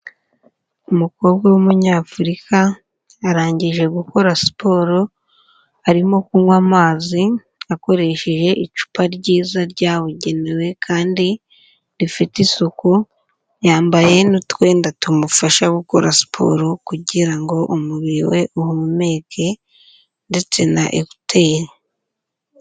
Umukobwa w'Umunyafurika, arangije gukora siporo, arimo kunywa amazi akoresheje icupa ryiza ryabugenewe kandi rifite isuku, yambaye n'utwenda tumufasha gukora siporo, kugira ngo umubiri we uhumeke ndetse na ekuteri.